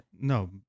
No